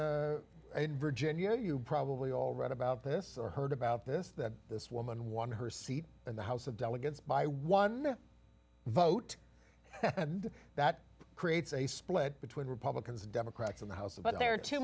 nd in virginia you probably all right about this or heard about this that this woman won her seat in the house of delegates by one vote and that creates a split between republicans and democrats in the house but there are two